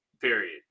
Period